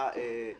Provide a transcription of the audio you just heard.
לקריאה הראשונה.